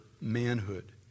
manhood